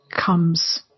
comes